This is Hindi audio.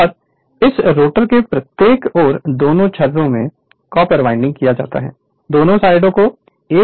और इस रोटर के प्रत्येक और दोनों छोरों में कॉपर वाइंडिंग किया जाता है क्योंकि यह एक क्रोपर कहा जाता है